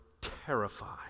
terrified